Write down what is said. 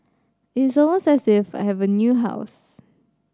it is almost as if I have a new house